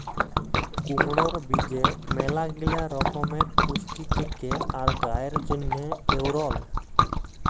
কুমড়র বীজে ম্যালাগিলা রকমের পুষ্টি থেক্যে আর গায়ের জন্হে এঔরল